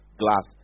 glass